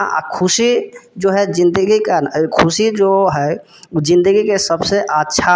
हँ आओर खुशी जो है जिन्दगीके खुशी जो है उ जिन्दगीके सबसँ अच्छा